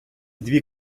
дві